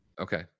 Okay